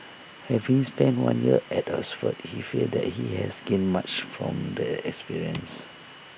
having spent one year at Oxford he feels that he has gained much from the experience